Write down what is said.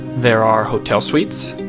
there are hotel suites.